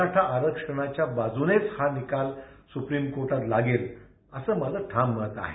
मराठी आरक्षणाच्या बाजुनेच हा निकाल स्प्रीम कोर्टात लागेल असं माझं ठाम मत आहे